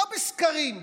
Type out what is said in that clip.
לא בסקרים,